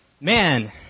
man